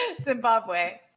Zimbabwe